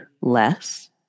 less